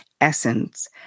essence